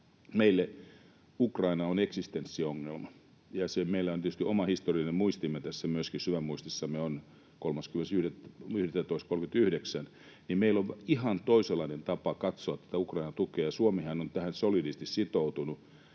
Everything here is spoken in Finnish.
Meille Ukraina on eksistenssiongelma, ja meillä on tietysti oma historiallinen muistimme tässä, myöskin syvämuistissamme on 30.11.1939. Meillä on ihan toisenlainen tapa katsoa tätä Ukrainan tukea, ja Suomihan on tähän solidisti sitoutunut,